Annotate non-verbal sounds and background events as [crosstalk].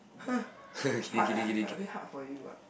[noise] hard ah like a bit hard for you ah